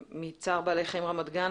מצער בעלי חיים רמת גן,